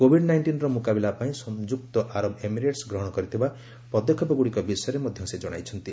Covid ନାଇଷ୍ଟିନର ମୁକାବିଲା ପାଇଁ ସଂଯୁକ୍ତ ଆରବ ଏମିରେଟ୍ ଗ୍ରହଣ କରିଥିବା ପଦକ୍ଷେପଗୁଡ଼ିକ ବିଷୟରେ ମଧ୍ୟ ସେ ଜଣାଇଛନ୍ତି